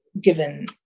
given